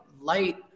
light